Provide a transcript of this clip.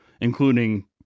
including